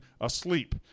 asleep